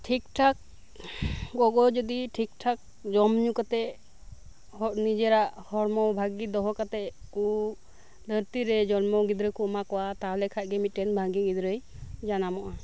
ᱴᱷᱤᱠ ᱴᱷᱟᱠ ᱜᱚᱜᱚ ᱡᱩᱫᱤ ᱴᱷᱤᱠ ᱴᱷᱟᱠ ᱡᱚᱢ ᱧᱩ ᱠᱟᱛᱮᱫ ᱦᱚ ᱱᱤᱡᱮᱨᱟᱜ ᱦᱚᱲᱢᱚ ᱵᱷᱟᱜᱮ ᱫᱚᱦᱚ ᱠᱟᱛᱮᱫ ᱠᱚ ᱫᱷᱟᱨᱛᱤ ᱨᱮ ᱡᱚᱱᱢᱚ ᱜᱤᱫᱽᱨᱟᱹ ᱠᱚ ᱮᱢᱟ ᱠᱚᱣᱟ ᱛᱟᱦᱞᱮ ᱠᱷᱟᱱ ᱢᱤᱫ ᱴᱮᱱ ᱵᱷᱟᱜᱮ ᱜᱤᱫᱽᱨᱟᱹᱭ ᱡᱟᱱᱟᱢᱚᱜᱼᱟ